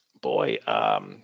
Boy